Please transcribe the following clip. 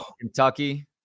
Kentucky